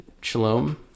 Shalom